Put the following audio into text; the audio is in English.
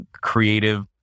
creative